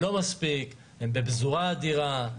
זה לא מספיק, הם בפזורה אדירה.